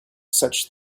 such